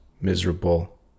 miserable